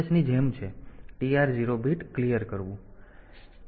તેથી TR 0 bit સાફ કરવું